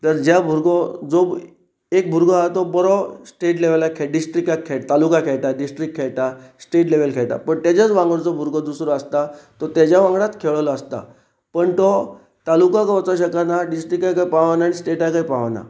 तर ज्या भुरगो जो एक भुरगो आसा तो बरो स्टेट लेवलाक खेळ डिस्ट्रीकाक खेळ तालुका खेळटा डिस्ट्रीक्ट खेळटा स्टेट लेवल खेळटा पणू तेज्याच वांगड जो भुरगो दुसरो आसता तोज्या वांगडाच खेळलो आसता पण तो तालुका वचो शकना डिस्ट्रीकाकय पावना आनी स्टेटाकय पावना